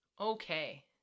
Okay